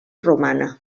romana